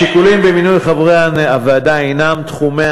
השיקולים במינוי חברי הוועדה הנם תחומי